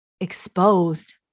exposed